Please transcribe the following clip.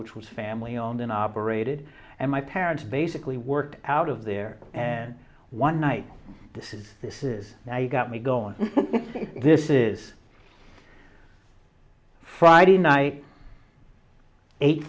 which was family owned and operated and my parents basically worked out of there and one night this is this is now you got me going this is friday night eight